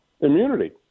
immunity